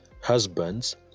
husbands